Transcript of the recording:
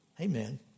Amen